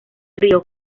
río